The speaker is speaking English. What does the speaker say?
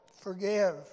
forgive